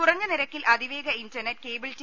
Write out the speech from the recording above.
കുറഞ്ഞ നിര ക്കിൽ അതിവേഗ ഇന്റർനെറ്റ് കേബിൾ ടി